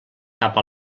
cap